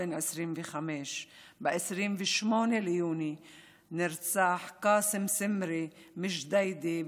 בן 25. ב-28 ביוני נרצח קאסם סמרי מג'דיידה,